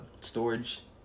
storage